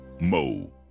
Mo